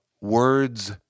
words